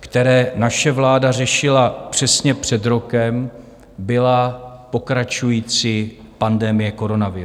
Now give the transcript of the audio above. které naše vláda řešila přesně před rokem, byla pokračující pandemie koronaviru.